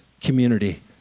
community